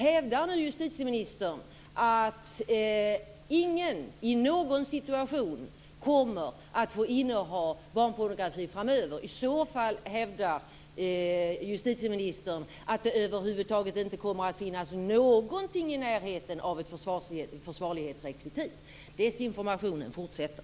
Hävdar nu justitieministern att ingen i någon situation kommer att få inneha barnpornografi framöver? I så fall hävdar justitieministern att det över huvud taget inte kommer att finnas någonting i närheten av ett försvarlighetsrekvisit. Desinformationen fortsätter.